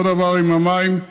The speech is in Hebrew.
אותו דבר עם המים,